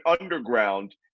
underground